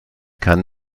kann